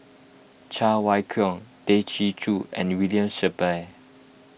Cheng Wai Keung Tay Chin Joo and William Shellabear